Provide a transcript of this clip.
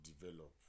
develop